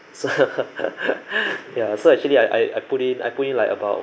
so ya so actually I I put in I put in like about